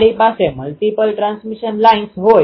મારી પાસે એવા N સંખ્યાના એલીમેન્ટરી એન્ટેના છે